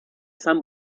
san